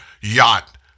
yacht